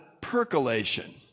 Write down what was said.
percolation